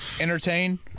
Entertain